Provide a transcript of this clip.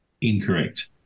Incorrect